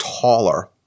taller